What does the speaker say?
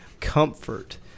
comfort